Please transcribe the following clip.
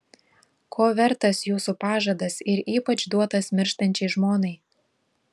ko vertas jūsų pažadas ir ypač duotas mirštančiai žmonai